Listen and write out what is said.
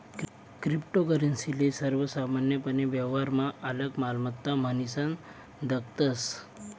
cryptocurrency ले सर्वसामान्यपने व्यवहारमा आलक मालमत्ता म्हनीसन दखतस